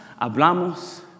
hablamos